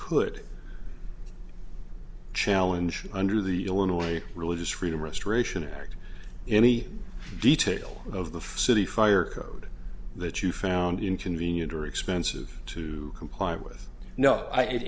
could challenge under the illinois religious freedom restoration act any detail of the city fire code that you found inconvenient or expensive to comply with no i